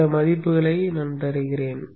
எனவே சில மதிப்புகளை தருகிறேன்